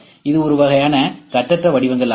இது ஒரு வகையான கட்டற்ற வடிவங்கள் ஆகும்